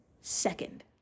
second